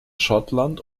schottland